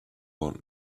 want